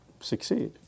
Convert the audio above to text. succeed